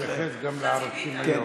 תתייחס גם לערוצים הייעודיים.